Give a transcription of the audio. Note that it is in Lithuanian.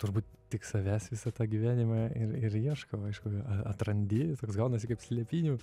turbūt tik savęs visą tą gyvenimą ir ir ieškau aišku atrandi gaunasi kaip slėpynių